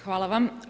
Hvala vam.